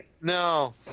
No